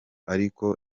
ariko